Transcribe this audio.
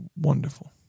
wonderful